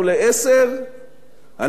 גם בימים האחרונים,